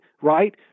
right